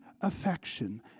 affection